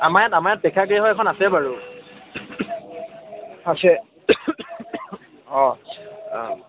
আমাৰ ইয়াত আমাৰ ইয়াত প্ৰেক্ষাগৃহ এখন আছে বাৰু আছে অঁ অঁ